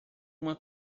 uma